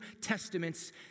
Testaments